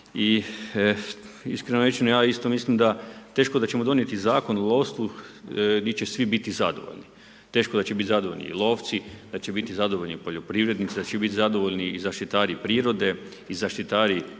i iskreno rečeno ja isto mislim da teško da ćemo donijeti Zakon o lovstvu di će svi biti zadovoljni. Teško da će biti zadovoljni lovci, da će biti zadovoljni poljoprivrednici, da će biti zadovoljni i zaštitari prirode i zaštitari